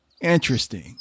Interesting